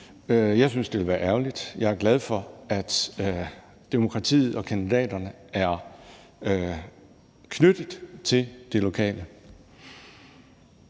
Jeg synes, det ville være ærgerligt. Jeg er glad for, at demokratiet og kandidaterne er knyttet til det lokale.